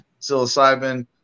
psilocybin